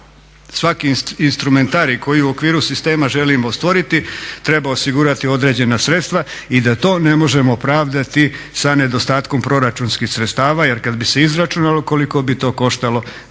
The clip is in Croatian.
svaki instrumentarij koji u okviru sistema želimo stvoriti treba osigurati određena sredstva i da to ne možemo pravdati sa nedostatkom proračunskih sredstava jer kad bi se izračunalo koliko bi to koštalo